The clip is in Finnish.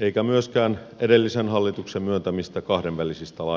eikä myöskään edellisen hallituksen myöntämistä kahdenvälisistä lainoista